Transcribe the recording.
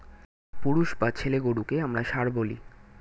পুরুষ বা ছেলে গরুকে আমরা ষাঁড় বলি